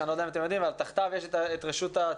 שאני לא יודע אם אתם יודעים אבל תחתיו יש את רשות הצעירים,